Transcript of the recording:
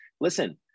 Listen